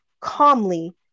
Calmly